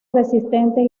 resistentes